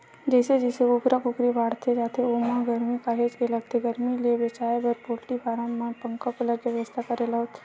जइसे जइसे कुकरा कुकरी बाड़हत जाथे ओला गरमी काहेच के लगथे गरमी ले बचाए बर पोल्टी फारम मन म पंखा कूलर के बेवस्था करे ल होथे